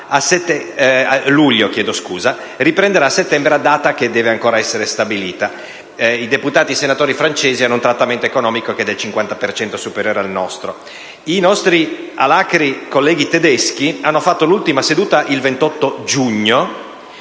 il 25 luglio e riprenderà i lavori a settembre, in data che deve essere ancora stabilita. I deputati e i senatori francesi hanno un trattamento economico del 50 per cento superiore al nostro. I nostri alacri colleghi tedeschi hanno tenuto l'ultima seduta il 28 giugno